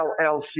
LLC